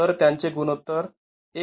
तर त्यांचे गुणोत्तर १